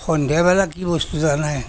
সন্ধিয়াবেলা কি বস্তু জানে